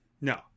no